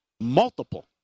multiple